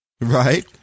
Right